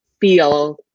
feel